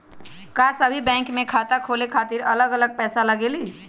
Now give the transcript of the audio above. का सभी बैंक में खाता खोले खातीर अलग अलग पैसा लगेलि?